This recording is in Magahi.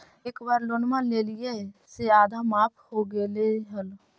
एक बार लोनवा लेलियै से आधा माफ हो गेले हल?